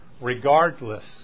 regardless